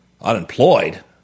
Unemployed